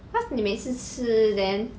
cause 你每次吃 then